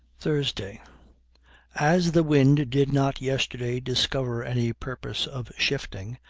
thursday as the wind did not yesterday discover any purpose of shifting,